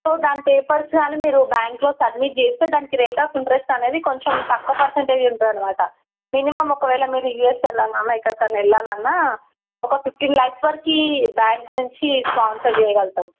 so దాని papers కానీ మీరు బ్యాంకులో సబ్మిట్ చేస్తే దానికి రేట్ ఆఫ్ ఇంట్రస్ట్ అనేది కొంచెం తక్కువ పర్సంటేజ్ ఉంటుంది అన్నమాట మినిమమ్ ఒకవేళ మీరు యూఎస్ వెళ్ళాలన్నా ఎక్కడికన్నా వెళ్ళాలన్న ఒక ఫిఫ్టీన్ ల్యాక్స్ వరకు బ్యాంక్ నుంచి స్పాన్సర్ చేయగలుగుతాం